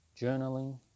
journaling